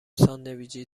ساندویچی